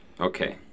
Okay